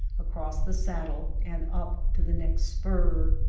across the saddle, and up to the next spur.